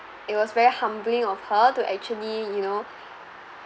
it was very humbling of her to actually you know